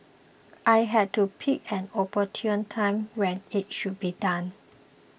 I had to pick an opportune time when it should be done